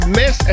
miss